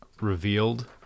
revealed